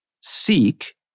seek